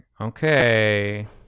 okay